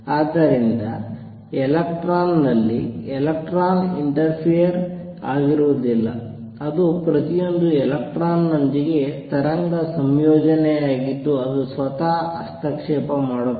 ಆದ್ದರಿಂದ ಎಲೆಕ್ಟ್ರಾನ್ನಲ್ಲಿ electron interface ಆಗಿರುವುದಿಲ್ಲ ಅದು ಪ್ರತಿಯೊಂದು ಎಲೆಕ್ಟ್ರಾನ್ನೊಂದಿಗೆ ತರಂಗ ಸಂಯೋಜನೆಯಾಗಿದ್ದು ಅದು ಸ್ವತಃ ಹಸ್ತಕ್ಷೇಪ ಮಾಡುತ್ತದೆ